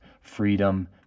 freedom